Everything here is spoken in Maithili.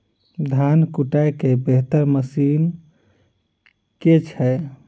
धान कुटय केँ बेहतर मशीन केँ छै?